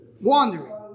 Wandering